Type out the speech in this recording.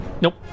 Nope